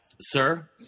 sir